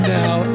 now